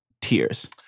tears